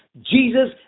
jesus